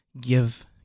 give